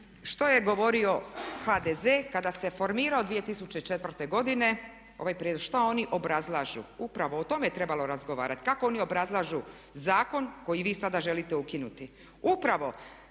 što je govorio HDZ kada se formirao 2004. godine ovaj prijedlog, što oni obrazlažu upravo o tome je trebalo razgovarati kako oni obrazlažu zakon koji vi sada želite ukinuti. Upravo